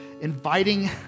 inviting